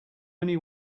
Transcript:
only